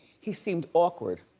he seemed awkward,